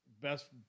best